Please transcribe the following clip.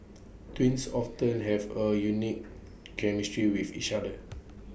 twins often have A unique chemistry with each other